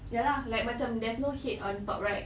ya lah like macam there's no head on top right